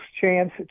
chance